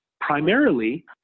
Primarily